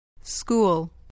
School